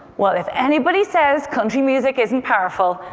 well, if anybody says country music isn't powerful,